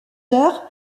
heures